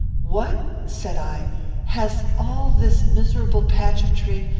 what! said i has all this miserable pageantry,